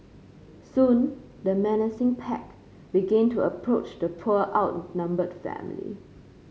soon the menacing pack began to approach the poor outnumbered family